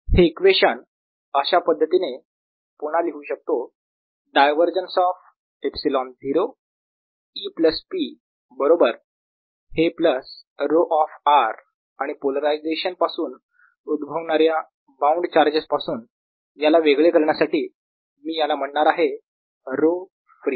हे इक्वेशन अशा पद्धतीने पुन्हा लिहू शकतो divergence of ε0 E plus P बरोबर हे प्लस ρ ऑफ r आणि पोलरायझेशन पासून उद्भवणाऱ्या बाउंड चार्जेस पासून याला वेगळे करण्यासाठी मी याला म्हणणार आहे ρ फ्री